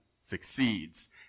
succeeds